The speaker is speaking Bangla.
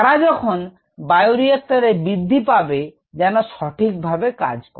তারা যখন বায়োরিক্টরএ বৃদ্ধি পাবে যেন সঠিকভাবে কাজ করে